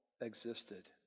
existed